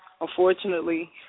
unfortunately